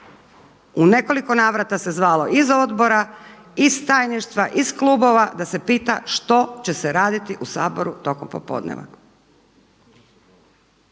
U nekoliko navrata se zvalo iz odbora, iz tajništva, iz klubova da se pita što će se raditi u Saboru tokom popodneva.